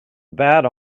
bad